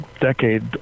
decade